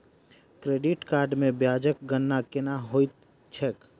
credit card मे ब्याजक गणना केना होइत छैक